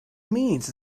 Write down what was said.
means